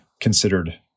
considered